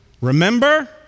Remember